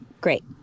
Great